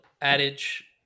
adage